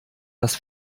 das